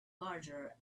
larger